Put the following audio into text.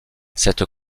cette